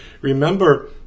Remember